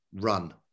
run